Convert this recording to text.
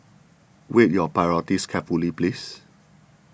weigh your priorities carefully please